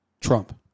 Trump